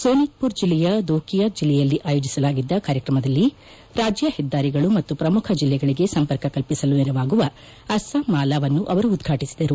ಸೋನಿತ್ಪುರ್ ಜೆಲ್ಲೆಯ ದೋಕಿಯಾ ಜೆಲಿಯಲ್ಲಿ ಆಯೋಜಿಸಲಾಗಿದ್ದ ಕಾರ್ಯಕ್ರಮದಲ್ಲಿ ರಾಜ್ಯ ಹೆದ್ದಾರಿಗಳು ಮತ್ತು ಪ್ರಮುಖ ಜಿಲ್ಲೆಗಳಿಗೆ ಸಂಪರ್ಕ ಕಲ್ಪಿಸಲು ನೆರವಾಗುವ ಅಸ್ಲಾಂಮಾಲಾವನ್ನು ಅವರು ಉದ್ವಾಟಿಸಿದರು